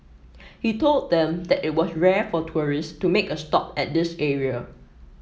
he told them that it was rare for tourist to make a stop at this area